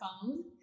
phone